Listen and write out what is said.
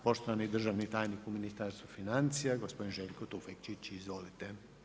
Poštovani državni tajnik u Ministarstvu financija gospodin Željko Tufekčić, izvolite.